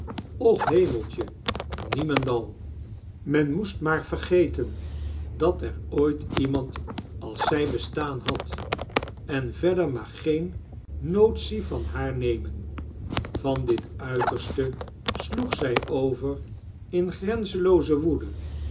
och heimeltje nieoiendal men moest maar vergeten dat ex ooit iemand als zij bestaan had en verdepr maar geen niotitie van haar nemeii van dit uiterste sloeg zij over in grenzenlooze woedie